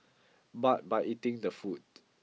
but by eating the food